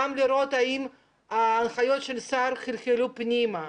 לראות אם ההנחיות של השר חלחלו פנימה,